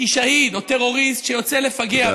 כי שהיד או טרוריסט שיוצא לפגע, תודה.